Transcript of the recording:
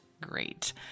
great